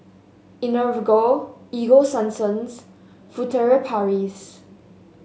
Enervon Ego Sunsense Furtere Paris